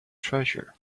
treasure